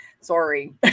sorry